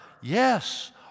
yes